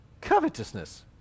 Covetousness